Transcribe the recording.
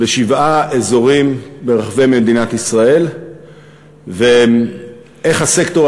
בשבעה אזורים ברחבי מדינת ישראל ואיך הסקטור